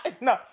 No